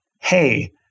hey